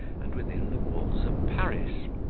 and within the walls of paris.